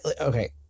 okay